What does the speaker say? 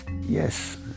yes